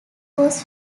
was